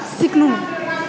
सिक्नु